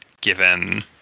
given